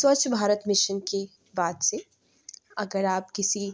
سوچھ Bharat mission کی بعد سے اگر آپ کسی